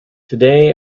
today